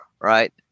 Right